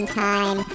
time